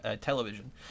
television